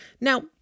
Now